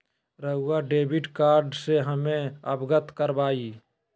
रहुआ debit card से हमें अवगत करवाआई?